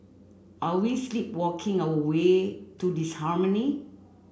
are we sleepwalking our way to disharmony